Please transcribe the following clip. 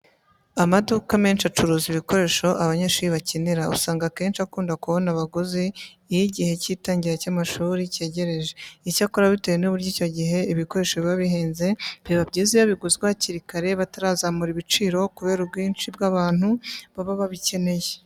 Amaduka menshi acuruza ibikoresho abanyeshuri bakenera usanga akenshi akunda kubona abaguzi iyo igihe cy'itangira ry'amashuri cyegereje. Icyakora bitewe n'uburyo icyo gihe ibikoresho biba bihenze, biba byiza iyo biguzwe hakiri kare batarazamura ibiciro kubera ubwinshi by'abantu baba babikeneye.